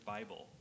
Bible